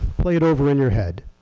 play it over in your head.